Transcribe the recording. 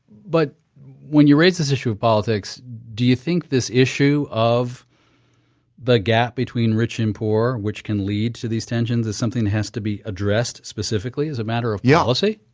but when you raise this issue of politics, do you think this issue of the gap between rich and poor which can lead to these tensions is something that has to be addressed specifically as a matter of yeah policy?